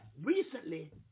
Recently